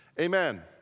Amen